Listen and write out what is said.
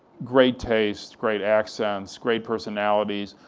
great taste, great accents, great personalities,